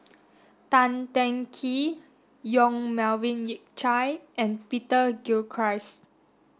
Tan Teng Kee Yong Melvin Yik Chye and Peter Gilchrist